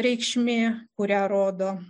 reikšmė kurią rodo